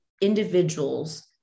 individuals